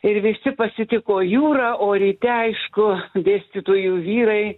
ir visi pasitiko jūrą o ryte aišku dėstytojų vyrai